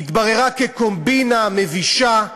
התבררה כקומבינה מבישה.